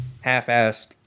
half-assed